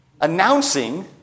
announcing